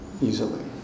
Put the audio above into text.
easily